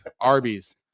arby's